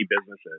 businesses